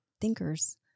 Thinkers